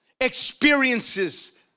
experiences